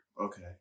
Okay